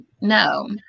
No